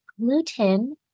gluten